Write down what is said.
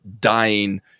dying